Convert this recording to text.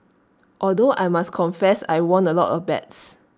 although I must confess I won A lot of bets